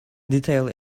detail